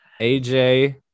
AJ